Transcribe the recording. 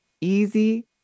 easy